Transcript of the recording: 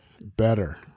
Better